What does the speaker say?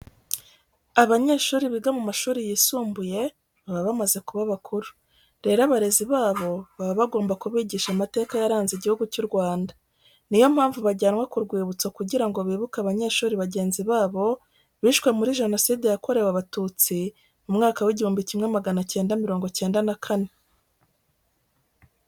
Abanyeshuri biga mu mashuri yisumbuye baba bamaze kuba bakuru. Rero abarezi babo baba bagomba kubigisha amateka yaranze Igihugu cy'u Rwanda. Niyo mpamvu bajyanwa ku rwibutso kugira ngo bibuke abanyeshuri bagenzi babo bishwe muri Jenoside yakorewe Abatutsi mu mwaka w'igihumbi kimwe magana cyenda mirongo cyenda na kane.